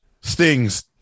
Sting's